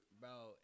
Bro